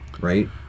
right